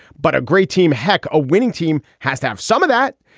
but a great team. heck, a winning team has to have some of that.